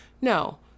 No